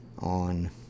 on